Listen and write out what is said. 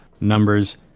numbers